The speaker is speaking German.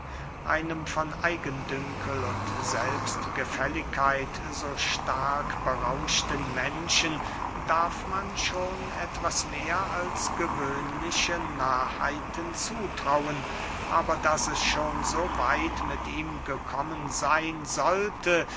einem von eigendünkel und selbstgefälligkeit so stark berauschten menschen darf man schon etwas mehr als gewöhnliche narrheiten zutrauen aber daß es schon so weit mit ihm gekommen seyn sollte